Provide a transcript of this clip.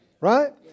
right